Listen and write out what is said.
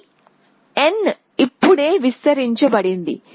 ఈ n ఇప్పుడే విస్తరించబడింది